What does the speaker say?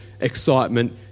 excitement